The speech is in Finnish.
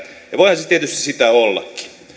ja voihan se tietysti sitä ollakin